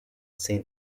saint